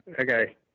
Okay